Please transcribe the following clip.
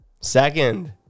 Second